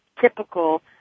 typical